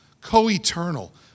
co-eternal